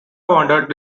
wandered